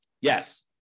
Yes